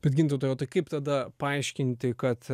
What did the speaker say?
bet gintautai o tai kaip tada paaiškinti kad